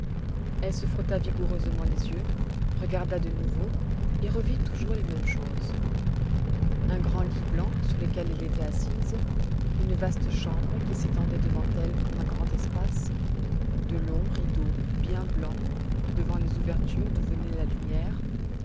elle se frotta vigoureusement les yeux regarda de nouveau et revit toujours les mêmes choses un grand lit blanc sur lequel elle était assise une vaste chambre qui s'étendait devant elle comme un grand espace de longs rideaux bien blancs devant les ouvertures d'où venait la lumière